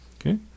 Okay